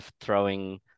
throwing